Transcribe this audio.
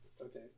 okay